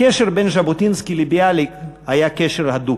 הקשר בין ז'בוטינסקי לביאליק היה קשר הדוק.